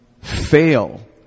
fail